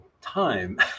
time